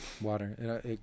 Water